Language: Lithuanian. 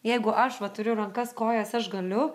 jeigu aš va turiu rankas kojas aš galiu